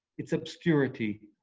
its obscurity,